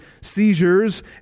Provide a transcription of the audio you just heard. seizures